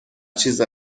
چیز